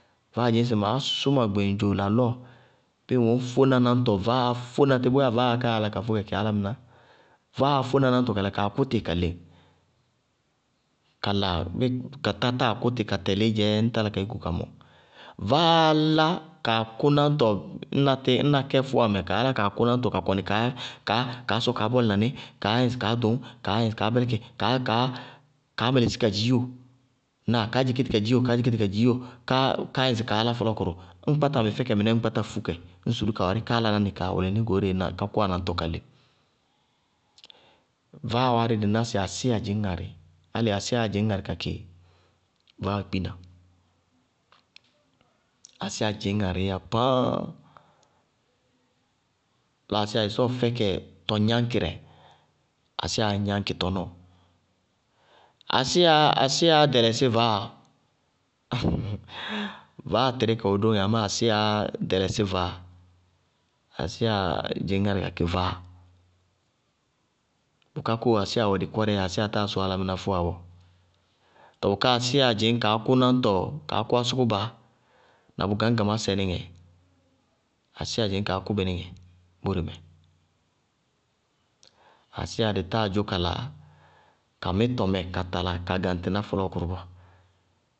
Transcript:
Vaáa dzɩñsɩ maá sʋ ma gbeŋdzo lalɔɔ, bíɩ ŋwɛ ŋñ fóéna nañtɔ vaáa fóéna tí, bʋyáa vaáa káa fóe kakɩ álámɩná, vaáa fóéna nañtɔ kala kaa kʋtɩ ka leŋ, kala bíɩ ka tátáa kʋtɩ ka tɛlɩídzɛɛ ŋñ talá ka yúkú tiɩ ka mɔŋ. Vaáa lá kaa kʋ nañtɔ nañtɩ ñna kɛ fʋwamɛ kaá lá kaa kʋ náŋtɔ ka kɔnɩ kaá-kaá- kaá sɔ kaá bɔlɩ na nɩ kaá yɛ ŋsɩ kaá ɖʋñ, kaá yɛ nsɩ kaá bɛlɛkɩna nɩ, kaá- kaá- kaámɩlɩsí ka dziiwo, na kaá dzekéti ka dziiwo, kaá dzekéti ka dziiwo, káá yɛ ŋsɩ kaá lá fɔlɔɔkʋrʋ, tɔɔ ñŋ kpáta ka mɩ fɛkɛ ññ fú kɛ ñŋ sulú ka wárí káá laná nɩ kaa wʋlɩ goóre kaá ká kʋwá náñtɔ ka leŋ. Vaáa warí dɩ ná asíya dzɩñ ŋarɩ. Álɩ asíya dzɩñ ŋarɩ ka kɩ vaáa kpina. Asíya dzɩñ ŋarɩí pááá, lɔ asíya ɩsɔɔ fɛkɛ tɔŋgnáñkɩrɛ, asíyaá gnáñkɩ tɔnɔɔ. Asíyaá asíyaá ɖɩlɩsí vaáa. Vaáa tɩrí ka wɛ dóŋɛ amá ásiyáá ɖɛlɛsí vaáa, asíya dzɩñ ŋarɩ ka kɩ vaáa, bʋká kóo asíya wɛ dɩkɔrɛɛ yá asíya táa sʋ álámɩná fʋwa bɔɔ, tɔɔ bʋká asíya dzɩñ kaá kʋ náñtɔ, kaá kʋ ásʋkʋba na bʋ gañgamásɛ nɩŋɛ, asíya dzɩñ kaá kʋbɩ nɩŋɛ bóre mɛ. Asíya dɩ táa dzʋ kala ka mítɔ mɛ ka táláa gaŋtɩná fɔlɔɔkʋrʋ bɔɔ.